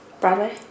Broadway